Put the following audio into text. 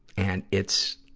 and it's,